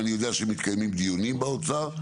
ואני יודע שמתקיימים דיונים באוצר.